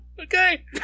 Okay